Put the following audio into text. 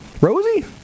Rosie